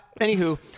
anywho